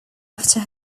after